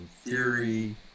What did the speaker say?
theory